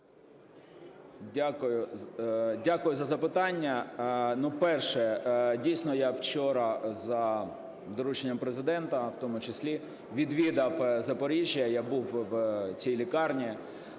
Дякую за запитання. Ну, перше. Дійсно, я вчора за дорученням Президента, в тому числі відвідав Запоріжжя, я був в цій лікарні.